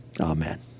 Amen